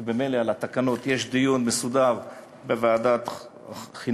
כי ממילא על התקנות יש דיון מסודר בוועדת חינוך,